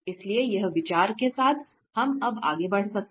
इसलिए इस विचार के साथ हम अब और आगे बढ़ सकते हैं